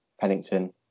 Pennington